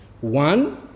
One